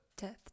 death